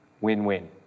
Win-win